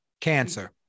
cancer